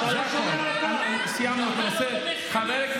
אתה שומע, אתה חמאס.